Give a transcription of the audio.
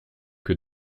que